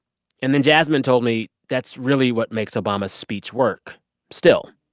and then jasmine told me that's really what makes obama's speech work still,